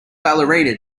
ballerina